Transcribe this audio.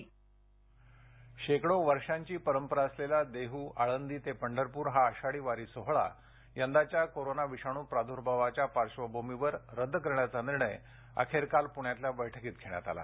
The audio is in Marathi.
पालखी शेकडो वर्षांची परंपरा असलेला देडू आळंदी ते पंढरपूर हा आषाढी वारी सोहोळा यंदाच्या कोरोना विषाणू प्रादुर्भावाच्या पार्श्वभूमीवर रद्द करण्याचा निर्णय अखेर काल पुण्यातल्या बैठकीत घेण्यात आला